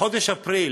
בחודש אפריל